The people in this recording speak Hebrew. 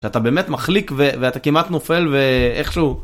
שאתה באמת מחליק ואתה כמעט נופל ואיכשהו